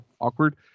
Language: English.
awkward